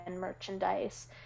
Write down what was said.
merchandise